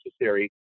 necessary